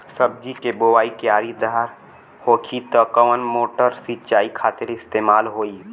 सब्जी के बोवाई क्यारी दार होखि त कवन मोटर सिंचाई खातिर इस्तेमाल होई?